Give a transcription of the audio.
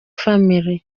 family